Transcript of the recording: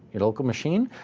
your local machine.